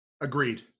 Agreed